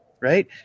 right